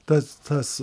tas tas